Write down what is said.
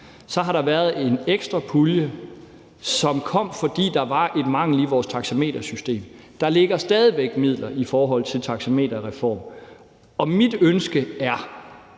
Så har der været en ekstra pulje, som kom, fordi der var en mangel i vores taxametersystem. Der ligger stadig væk midler i forhold til taxameterreformen, og mit ønske er,